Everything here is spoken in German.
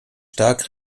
stark